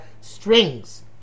strings